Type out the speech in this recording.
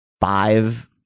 five